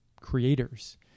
creators